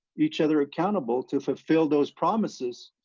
each other accountable, to fulfill those promises,